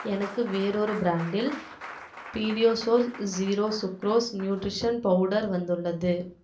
எனக்கு வேறொரு பிராண்டில் PediaSure zero sucrose nutrition powder வந்துள்ளது